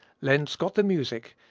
lenz got the music,